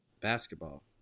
Basketball